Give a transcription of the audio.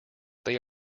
they